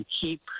Keep